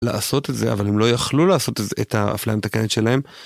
לעשות את זה אבל הם לא יכלו לעשות את האפליה המתקנת שלהם.